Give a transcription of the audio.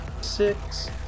Six